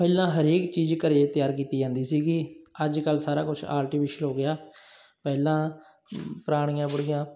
ਪਹਿਲਾਂ ਹਰੇਕ ਚੀਜ਼ ਘਰੇ ਤਿਆਰ ਕੀਤੀ ਜਾਂਦੀ ਸੀਗੀ ਅੱਜ ਕੱਲ੍ਹ ਸਾਰਾ ਕੁਝ ਆਰਟੀਫਿਸ਼ਲ ਹੋ ਗਿਆ ਪਹਿਲਾਂ ਪੁਰਾਣੀਆਂ ਬੁੱਢੀਆਂ